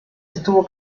estuvo